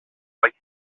like